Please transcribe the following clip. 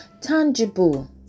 tangible